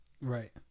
Right